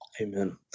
amen